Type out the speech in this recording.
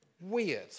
weird